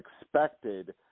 expected